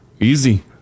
easy